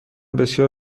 بسیار